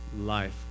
life